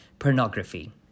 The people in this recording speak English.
pornography